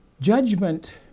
judgment